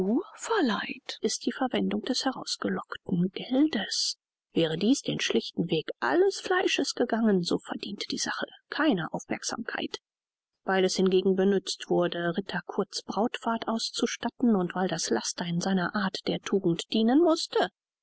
verleiht ist die verwendung des herausgelockten geldes wäre dieß den schlichten weg alles fleisches gegangen so verdiente die sache keine aufmerksamkeit weil es hingegen benützt wurde ritter kurt's brautfahrt auszustatten und weil das laster in seiner art der tugend dienen mußte